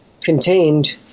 contained